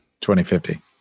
2050